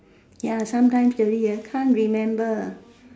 ya sometimes that we really can't remember